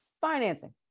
financing